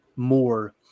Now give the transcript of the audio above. More